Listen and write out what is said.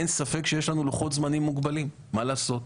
אין ספק שיש לנו לוחות זמנים מוגבלים, מה לעשות?